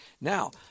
Now